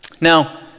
Now